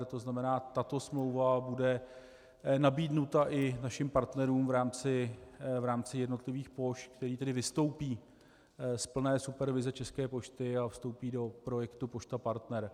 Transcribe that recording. To znamená, tato smlouva bude nabídnuta i našim partnerům v rámci jednotlivých pošt, který tedy vystoupí z plné supervize České pošty a vstoupí do projektu Pošta Partner.